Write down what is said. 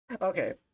Okay